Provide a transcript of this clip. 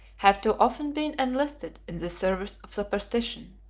have too often been enlisted in the service of superstition.